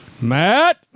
Matt